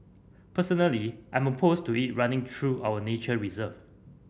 personally I'm opposed to it running through our nature reserve